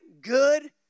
Good